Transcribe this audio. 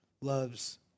loves